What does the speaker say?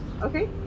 Okay